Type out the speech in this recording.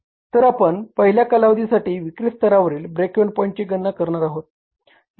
तर आपण पहिल्या कालावधीसाठी विक्री स्तरावरील ब्रेक इव्हन पॉईंटची गणना करणार आहोत